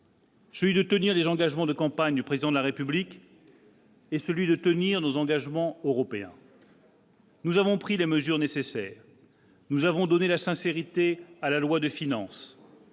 eu de tenir les engagements de campagne du président de la République. Et celui de tenir nos engagements européens. Nous avons pris les mesures nécessaires, nous avons donné la sincérité à la loi de finances,